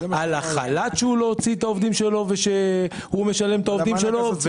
על החל"ת שהוא לא הוציא את העובדים שלו ושהוא משלם עבור העובדים שלו,